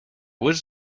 was